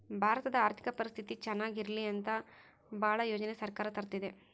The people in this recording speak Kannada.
ಭಾರತದ ಆರ್ಥಿಕ ಪರಿಸ್ಥಿತಿ ಚನಾಗ ಇರ್ಲಿ ಅಂತ ಭಾಳ ಯೋಜನೆ ಸರ್ಕಾರ ತರ್ತಿದೆ